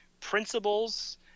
principles